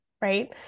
right